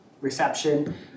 reception